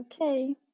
okay